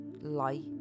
light